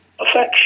affection